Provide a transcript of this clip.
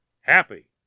happy